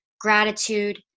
gratitude